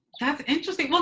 that's interesting.